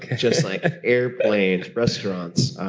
just like airplanes, restaurants.